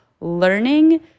learning